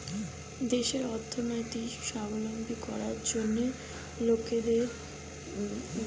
দেশের অর্থনীতিকে স্বাবলম্বী করার জন্য লোকের দেওয়া ট্যাক্স ব্যবহার করা হয়